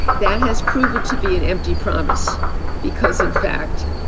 that has proven to be an empty promise because, in fact,